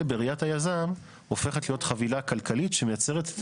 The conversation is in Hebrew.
בראיית היזם הופכת להיות חבילה כלכלית שמייצרת את